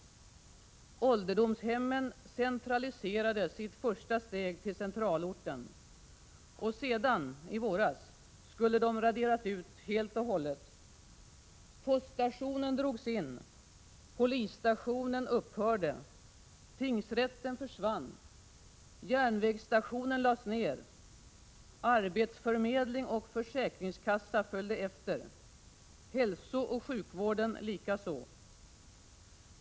Ålderdomshemmen centraliserades i ett första steg till centralorten. Sedan — i våras — skulle de raderas ut helt. Poststationen drogs in. Polisstationen upphörde. Tingsrätten försvann. Järnvägsstationen lades ner. Arbetsförmedling och försäkringskassa följde efter, hälsooch sjukvården likaså.